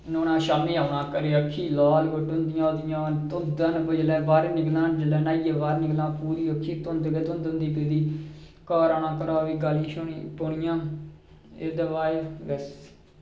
न्हौना शामी औना घर अपने फ्ही लाल अक्खी धुंध जेल्लै न्हाइयै बाह्र निकलना पूरी अक्खी धुंध होंदी पेदी गाली शाली पौनियां एह्दे बाद बस